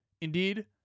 Indeed